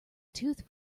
tooth